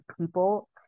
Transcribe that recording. people